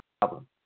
problem